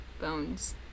Bones